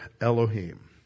Elohim